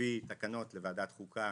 נביא תקנות לוועדת חוקה